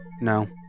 No